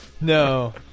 No